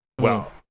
Well-